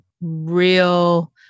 real